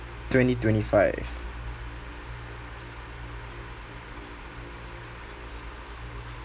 twenty twenty five